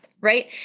Right